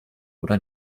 oder